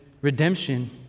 redemption